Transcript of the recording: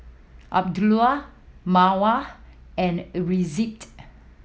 Abdul Mawar and Rizqi